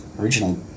original